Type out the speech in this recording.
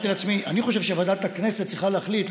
חושב שוועדת הכנסת צריכה להחליט.